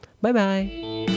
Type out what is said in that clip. Bye-bye